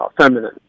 feminine